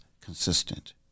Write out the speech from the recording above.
consistent